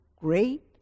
great